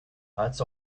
als